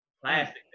Classic